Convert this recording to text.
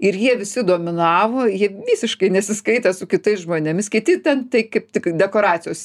ir jie visi dominavo jie visiškai nesiskaitė su kitais žmonėmis kiti ten tai kaip tik dekoracijos